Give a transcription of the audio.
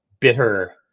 bitter